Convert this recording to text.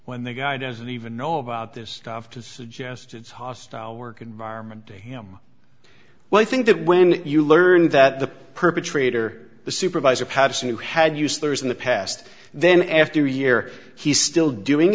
when the guy doesn't even know about this stuff to suggest it's hostile work environment well i think that when you learn that the perpetrator the supervisor pattison who had used in the past then after a year he's still doing